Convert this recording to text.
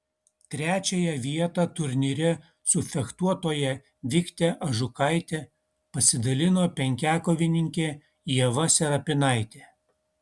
trečiąją vietą turnyre su fechtuotoja vikte ažukaite pasidalino penkiakovininkė ieva serapinaitė